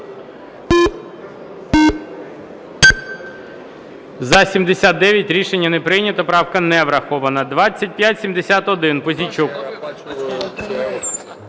За-79 Рішення не прийнято. Правка не врахована. 2571. Пузійчук.